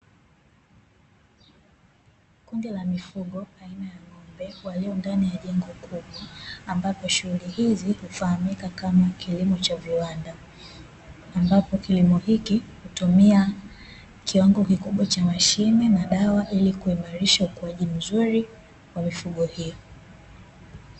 Kundi la mifugo aina ya ng'ombe walio ndani ya jengo kubwa, ambapo shughuli hizi hufahamika kama kilimo cha viwanda, ambapo kilimo hiki hutumia kiwango kikubwa cha mashine na dawa, ili kuimarisha ukuaji mzuri wa mifugo hiyo.